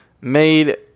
made